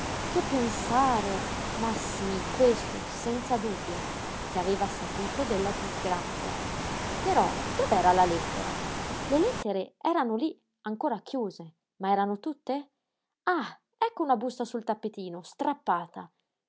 che pensare ma sí questo senza dubbio che aveva saputo della disgrazia però dov'era la lettera le lettere erano lí ancora chiuse ma erano tutte ah ecco una busta sul tappetino strappata